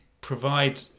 provide